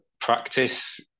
practice